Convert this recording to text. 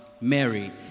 Mary